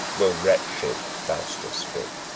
will wretched faustus be.